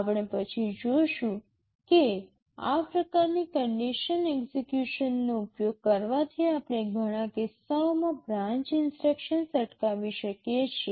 આપણે પછી જોશું કે આ પ્રકારની કન્ડિશન એક્સેકયુશનનો ઉપયોગ કરવાથી આપણે ઘણા કિસ્સાઓમાં બ્રાન્ચ ઇન્સટ્રક્શન્સ અટકાવી શકીએ છીએ